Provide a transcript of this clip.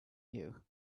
you